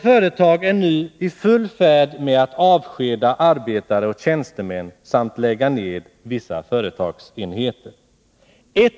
Företaget är nu i full färd med att avskeda arbetare och tjänstemän samt lägga ned vissa företagsenheter. 1